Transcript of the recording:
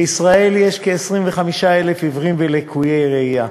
בישראל יש כ-25,000 עיוורים ולקויי ראייה.